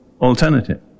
alternative